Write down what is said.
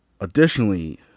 Additionally